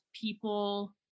people